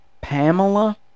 Pamela